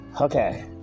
okay